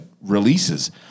Releases